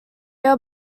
are